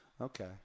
Okay